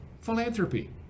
Philanthropy